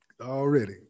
Already